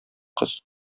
кыз